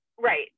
right